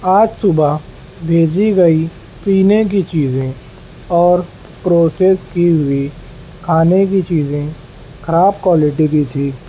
آج صبح بھیجی گئی پینے کی چیزیں اور پروسیس کی ہوئی کھانے کی چیزیں خراب کوالٹی کی تھیں